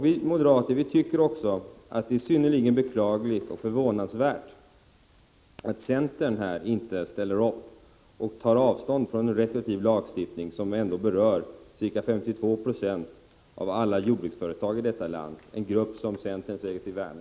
Vi moderater tycker att det är synnerligen beklagligt och förvånansvärt att centern inte tar avstånd från en retroaktiv lagstiftning, som ändå berör ca 52 90 av alla jordbruksföretag i detta land, en grupp som centern säger sig värna.